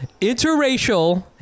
interracial